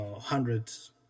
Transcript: hundreds